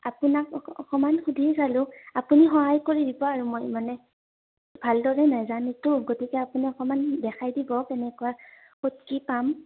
আপোনাক অকণমান সুধি চালোঁ আপুনি সহায় কৰি দিব আৰু মই মানে ভালদৰে নেজানোতো গতিকে আপুনি অকণমান দেখাই দিব কেনেকুৱা ক'ত কি পাম